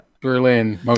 Berlin